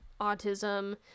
autism